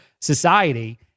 society